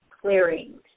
clearings